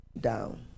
down